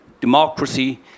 democracy